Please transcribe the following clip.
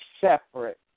separate